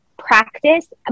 practice